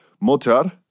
Motor